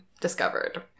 discovered